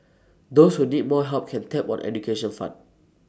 those who need more help can tap on education fund